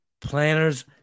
Planners